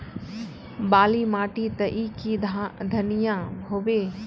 बाली माटी तई की धनिया होबे?